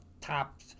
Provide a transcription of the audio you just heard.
top